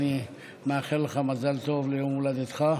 אני מאחל לך מזל טוב ליום הולדתך.